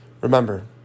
Remember